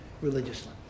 Religiously